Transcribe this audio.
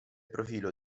profilo